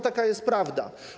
Taka jest prawda.